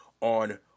on